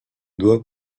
duda